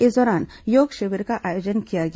इस दौरान योग शिविर का आयोजन किया गया